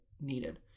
needed